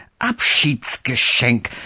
abschiedsgeschenk